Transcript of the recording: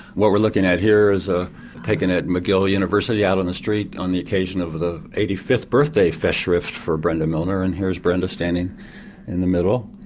what we're looking at here is ah taken at mcgill university out on the street on the occasion of the eighty fifth birthday festschrift for brenda milner and here's brenda standing in the middle.